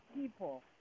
people